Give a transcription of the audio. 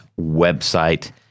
website